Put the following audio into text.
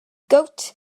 gowt